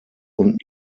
und